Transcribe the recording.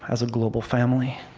as a global family?